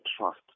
trust